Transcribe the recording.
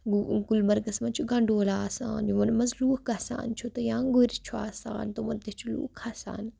گُلمَرگس منٛز چھُ گنڈولا آسان یِمن منٛز لوٗکھ گژھان چھُ تہٕ یا گُر چھُ آسان تِمن تہِ چھِ لوٗکھ کھسان